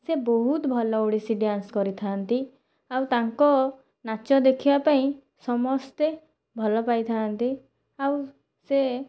ସେ ବହୁତ ଭଲ ଓଡ଼ିଶୀ ଡ୍ୟାନ୍ସ କରିଥାନ୍ତି ଆଉ ତାଙ୍କ ନାଚ ଦେଖିବାପାଇଁ ସମସ୍ତେ ଭଲ ପାଇଥାନ୍ତି ଆଉ ସେ